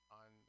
on